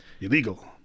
Illegal